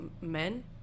men